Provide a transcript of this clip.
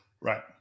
Right